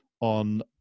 on